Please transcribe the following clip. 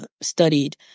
studied